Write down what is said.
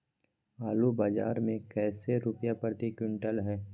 आलू बाजार मे कैसे रुपए प्रति क्विंटल है?